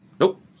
Nope